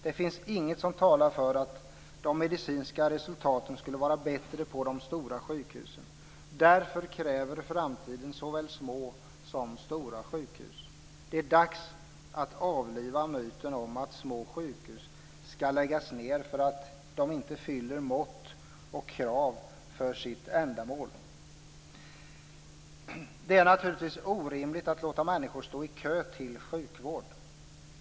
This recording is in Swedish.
Det finns inget som talar för att de medicinska resultaten skulle vara bättre på de stora sjukhusen. Därför kräver framtiden såväl små som stora sjukhus. Det är dags att avliva myten om att små sjukhus ska läggas ned för att de inte fyller mått och krav för sitt ändamål. Det är naturligtvis orimligt att låta människor stå i kö till sjukvård.